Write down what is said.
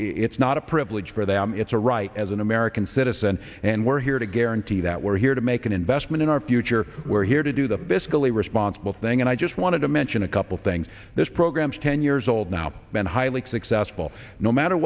it's not a privilege for them it's a right as an american citizen and we're here to guarantee that we're here to make an investment in our future we're here to do the basically responsible thing and i just wanted to mention a couple things this program's ten years old now been highly successful no matter